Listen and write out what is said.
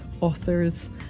authors